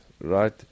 right